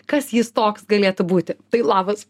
kas jis toks galėtų būti tai labas